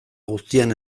guztian